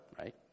right